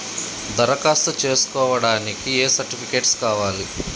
దరఖాస్తు చేస్కోవడానికి ఏ సర్టిఫికేట్స్ కావాలి?